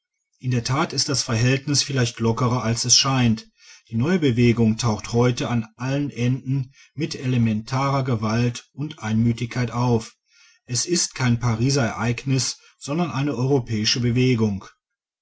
in der tat ist das verhältnis vielleicht lockerer als es scheint die neue bewegung taucht heute an allen enden mit elementarer gewalt und einmütigkeit auf es ist kein pariser ereignis sondern eine europäische bewegung